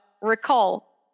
recall